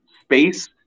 space